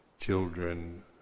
children